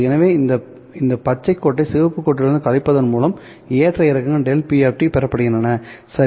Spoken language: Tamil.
எனவே இந்த பச்சை கோட்டை சிவப்பு கோட்டிலிருந்து கழிப்பதன் மூலம் ஏற்ற இறக்கங்கள் ΔP பெறப்படுகின்றன சரி